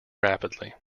rapidly